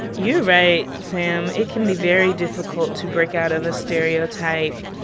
you're right, sam. it can be very difficult to break out of a stereotype,